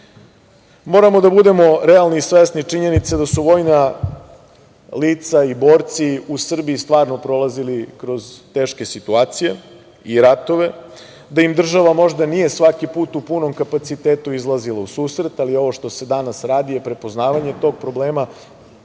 zakon. Moramo da budemo realni i svesni činjenica da su vojna lica i borci u Srbiji, stvarno prolazili kroz teške situacije i ratove, da im država možda nije svaki put u punom kapacitetu izlazila u susret, ali ovo što se danas radi je prepoznavanje tog problema